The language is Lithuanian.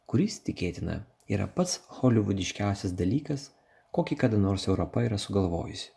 kuris tikėtina yra pats holivudiškiausias dalykas kokį kada nors europa yra sugalvojusi